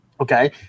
Okay